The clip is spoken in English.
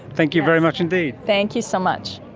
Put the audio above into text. thank you very much indeed. thank you so much.